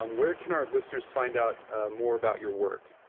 um where can our listeners find out more about your work?